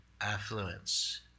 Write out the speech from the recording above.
affluence